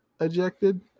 ejected